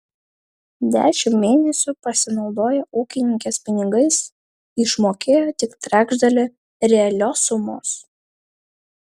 dešimt mėnesių pasinaudoję ūkininkės pinigais išmokėjo tik trečdalį realios sumos